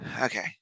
Okay